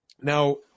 Now